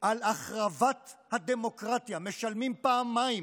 על החרבת הדמוקרטיה, משלמים פעמיים,